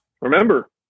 remember